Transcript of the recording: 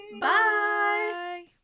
Bye